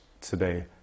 today